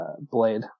Blade